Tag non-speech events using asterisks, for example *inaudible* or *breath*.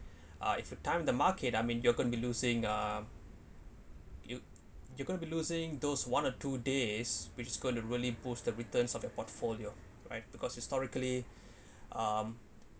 *breath* uh if you time the market I mean you're gonna be losing uh you you gonna be losing those one or two days which is going to really pulls the returns of your portfolio right because historically *breath* um